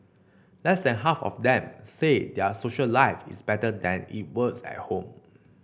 less than half of them say their social life is better than it was at home